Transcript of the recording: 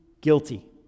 guilty